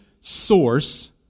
source